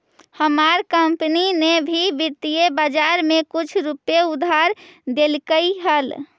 हमार कंपनी ने भी वित्तीय बाजार में कुछ रुपए उधार देलकइ हल